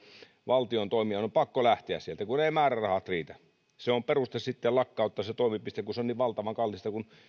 valtion toimijan on pakko lähteä sieltä kun eivät määrärahat riitä se on peruste sitten lakkauttaa se toimipiste kun se on niin valtavan kallista kun